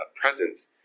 presence